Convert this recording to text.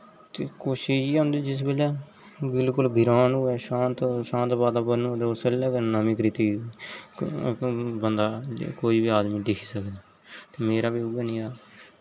ते कोशिश इ'यै होंदी जिस वेल्लै बिलकुल बीरान होऐ शांत शांत वातावरन उसले गै नमी कृति बंदा कोई बी आदमी दिक्खी सकदा ते मेरा बी उए नेआ